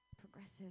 Progressive